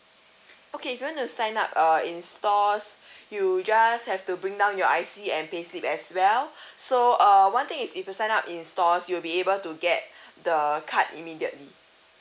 okay if want to sign up uh in stores you just have to bring down your I_C and payslip as well so uh one thing is if you sign up in stores you'll be able to get the card immediately